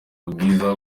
ubwiza